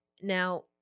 Now